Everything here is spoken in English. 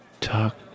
talk